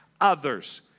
others